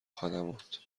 خدمات